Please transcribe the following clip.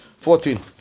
Fourteen